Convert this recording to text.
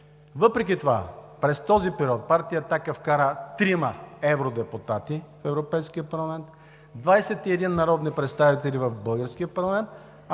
Въпреки това през този период Партия „Атака“ вкара трима евродепутати в Европейския парламент, 21 народни представители в българския парламент,